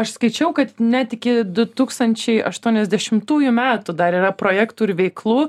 aš skaičiau kad net iki du tūkstančiai aštuoniasdešimtųjų metų dar yra projektų ir veiklų